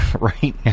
right